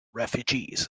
refugees